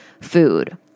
food